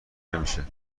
نمیشه